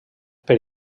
per